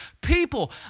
people